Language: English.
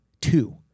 Two